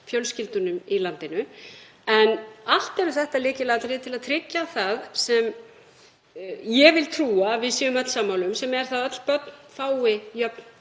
fjölskyldunum í landinu. En allt eru þetta lykilatriði til að tryggja það sem ég vil trúa að við séum öll sammála um, sem er að öll börn fái